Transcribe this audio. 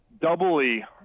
doubly